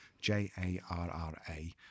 J-A-R-R-A